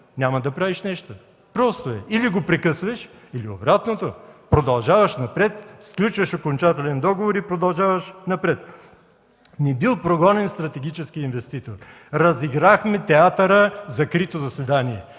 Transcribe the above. Няма да правиш нещо – просто е, или го прекъсваш или обратното – сключваш окончателен договор и продължаваш напред. Бил прогонен стратегически инвеститор. Разиграхме театъра в закрито заседание.